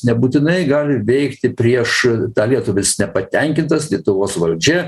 nebūtinai gali veikti prieš tą lietuvis nepatenkintas lietuvos valdžia